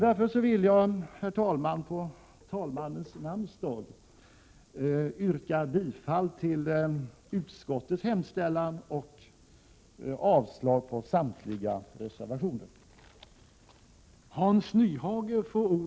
Därför vill jag, herr talman, på talmannens namnsdag yrka bifall till utskottets hemställan och avslag på samtliga reservationer.